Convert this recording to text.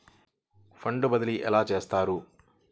Fund బదిలీ ఎలా చేస్తారు?